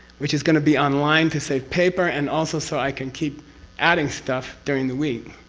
which is going to be online to save paper, and also so i can keep adding stuff during the week.